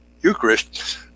Eucharist